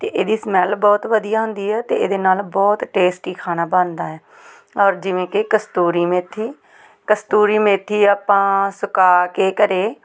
ਅਤੇ ਇਹਦੀ ਸਮੈਲ ਬਹੁਤ ਵਧੀਆ ਹੁੰਦੀ ਆ ਅਤੇ ਇਹਦੇ ਨਾਲ ਬਹੁਤ ਟੇਸਟੀ ਖਾਣਾ ਬਣਦਾ ਹੈ ਔਰ ਜਿਵੇਂ ਕਿ ਕਸਤੂਰੀ ਮੇਥੀ ਕਸਤੂਰੀ ਮੇਥੀ ਆਪਾਂ ਸੁਕਾ ਕੇ ਘਰ